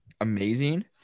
amazing